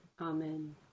Amen